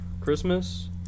Christmas